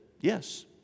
yes